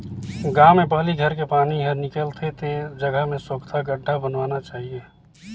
गांव में पहली घर के पानी हर निकल थे ते जगह में सोख्ता गड्ढ़ा बनवाना चाहिए